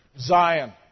Zion